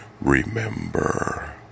Remember